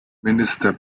minister